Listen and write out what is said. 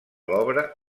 l’obra